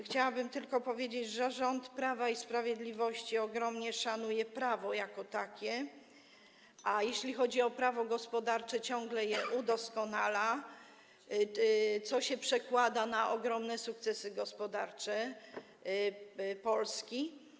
Chciałabym tylko powiedzieć, że rząd Prawa i Sprawiedliwości ogromnie szanuje prawo jako takie, a jeśli chodzi o prawo gospodarcze, ciągle je udoskonala, co się przekłada na ogromne sukcesy gospodarcze Polski.